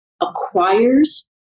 acquires